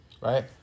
right